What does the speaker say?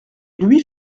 louis